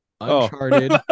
Uncharted